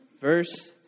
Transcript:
verse